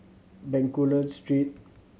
Bencoolen Street